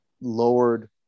lowered